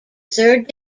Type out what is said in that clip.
third